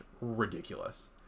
ridiculous